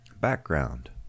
Background